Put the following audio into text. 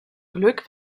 glück